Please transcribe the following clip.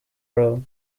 row